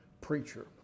preacher